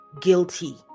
guilty